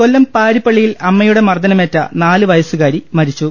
കൊല്ലം പാരിപ്പള്ളിയിൽ അമ്മയുടെ മർദനമേറ്റ നാല് വയസുകാരി മരിച്ചു